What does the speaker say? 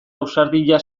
ausardia